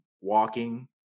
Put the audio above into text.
walking